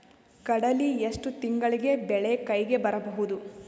ಕಡಲಿ ಎಷ್ಟು ತಿಂಗಳಿಗೆ ಬೆಳೆ ಕೈಗೆ ಬರಬಹುದು?